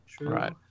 Right